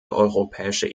europäische